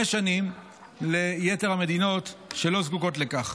שנים ליתר המדינות שלא זקוקות לכך.